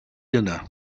dinner